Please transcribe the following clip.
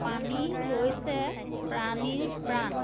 পানী হৈছে প্ৰাণীৰ প্ৰাণ